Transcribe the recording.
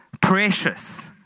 Precious